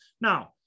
Now